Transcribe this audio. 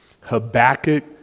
Habakkuk